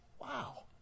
Wow